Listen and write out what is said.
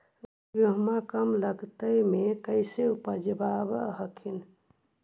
गेहुमा कम लागत मे कैसे उपजाब हखिन?